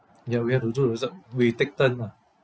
ya we have to do roster we take turn ah